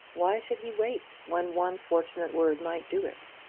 why should he wait when one fortunate word might do it?